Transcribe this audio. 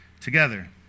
together